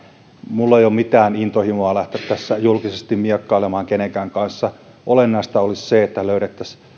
minulla ei ole mitään intohimoa lähteä tässä julkisesti miekkailemaan kenenkään kanssa olennaista olisi se että löydettäisiin